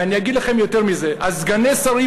ואני אגיד לכם יותר מזה: סגני השרים